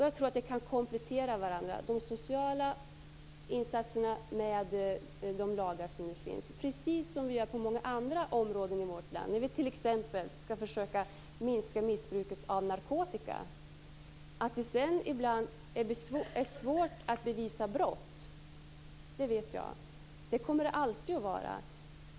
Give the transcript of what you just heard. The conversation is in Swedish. Jag tror att de sociala insatserna och de lagar som nu finns kan komplettera varandra, precis som på många andra områden i vårt land. Så är det t.ex. när vi skall försöka minska missbruket av narkotika. Jag vet att det ibland är svårt att bevisa brott. Det kommer det alltid att vara.